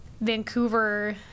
vancouver